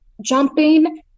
jumping